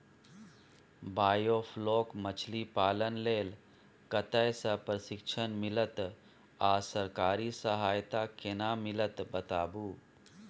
Biofloc मछलीपालन लेल कतय स प्रशिक्षण मिलत आ सरकारी सहायता केना मिलत बताबू?